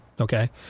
Okay